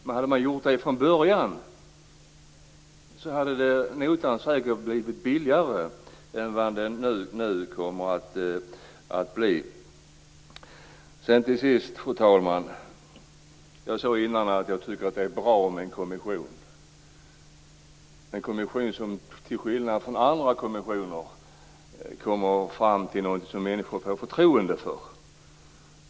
Hade man använt de metoderna från början hade notan säkert blivit billigare än vad den nu kommer att bli. Till sist, fru talman: Jag sade tidigare att jag tycker att det är bra med en kommission, som till skillnad från andra kommissioner kommer fram till något som människor får förtroende för.